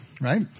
right